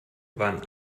waren